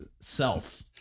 self